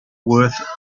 worth